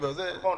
נכון,